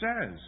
says